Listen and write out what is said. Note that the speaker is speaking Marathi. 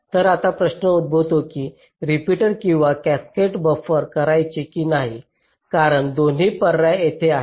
तर आता प्रश्न उद्भवतो की रिपीटर किंवा कॅसकेड बफर वापरायचे की नाही कारण दोन्ही पर्याय तिथे आहेत